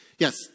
Yes